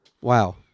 Wow